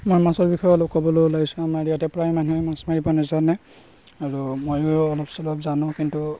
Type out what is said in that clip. মই মাছৰ বিষয়ে অলপ ক'বলৈ ওলাইছোঁ আমাৰ ইয়াতে প্ৰায় মানুহে মাছ মাৰিব নাজানে আৰু ময়ো অলপ চলপ জানো কিন্তু